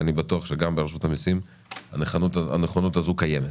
אני בטוח שגם ברשות המיסים הנכונות הזו קיימת,